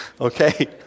Okay